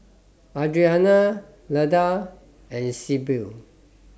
Adriana Leda and Sibyl